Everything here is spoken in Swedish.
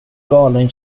galen